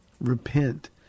Repent